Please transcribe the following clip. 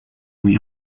muy